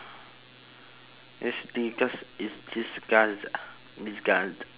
it's disgust it's disgust disgust